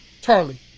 Charlie